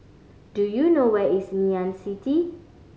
do you know where is Ngee Ann City